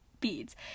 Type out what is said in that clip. beads